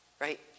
right